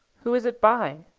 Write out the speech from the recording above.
who is it by?